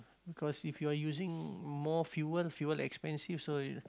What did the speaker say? cause if you're using more fuel fuel expensive so you